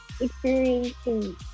experiencing